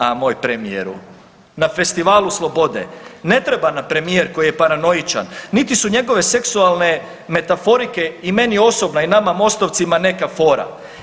A moj premijeru na Festivalu slobodu ne treba nam premijer koji je paranoičan, niti su njegove seksualne metaforike i meni osobno i nama MOST-ovcima neka fora.